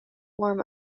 form